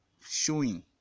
showing